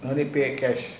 no need pay cash